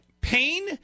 pain